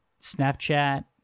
Snapchat